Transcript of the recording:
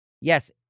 Yes